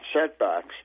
setbacks